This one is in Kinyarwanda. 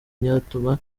byatuma